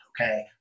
okay